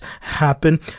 happen